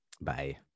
bye